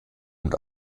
und